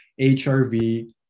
HRV